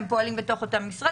שהם פועלים בתוך אותו משרד.